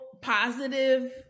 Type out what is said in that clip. positive